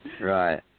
Right